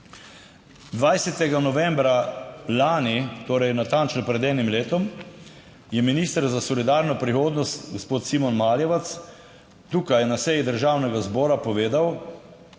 20. novembra lani, torej natančno pred enim letom, je minister za solidarno prihodnost, gospod Simon Maljevac, tukaj na seji Državnega zbora povedal,